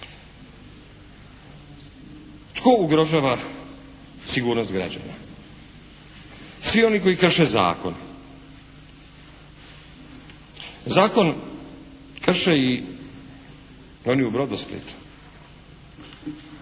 Tko ugrožava sigurnost građana? Svi oni koji krše zakon. Zakon krše i oni u "Brodosplitu",